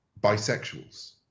bisexuals